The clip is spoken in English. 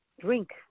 drink